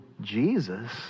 Jesus